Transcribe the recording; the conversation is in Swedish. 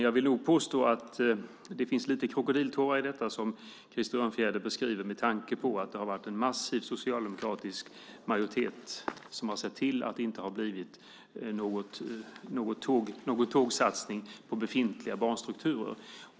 Jag vill påstå att det finns lite krokodiltårar i det Krister Örnfjäder beskriver med tanke på att det är en massiv socialdemokratisk majoritet som har sett till att det inte har blivit någon tågsatsning på befintliga banstrukturer.